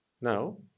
Now